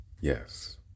Yes